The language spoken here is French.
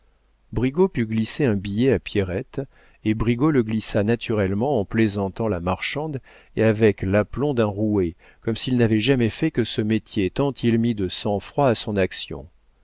put glisser un billet à pierrette et brigaut le glissa naturellement en plaisantant la marchande et avec l'aplomb d'un roué comme s'il n'avait jamais fait que ce métier tant il mit de sang-froid à son action